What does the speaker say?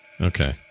Okay